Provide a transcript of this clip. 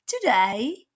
Today